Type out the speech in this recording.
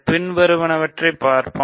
பின்வருவனவற்றைப் பார்ப்போம்